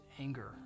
anger